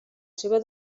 seva